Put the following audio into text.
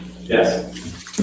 Yes